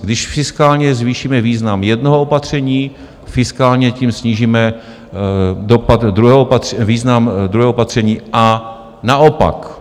Když fiskálně zvýšíme význam jednoho opatření, fiskálně tím snížíme dopad druhého, význam druhého opatření, a naopak.